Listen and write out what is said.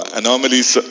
anomalies